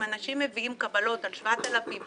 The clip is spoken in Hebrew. אם אנשים מביאים קבלות על 7,000,